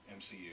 MCU